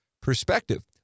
perspective